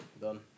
Done